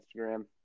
Instagram